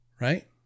right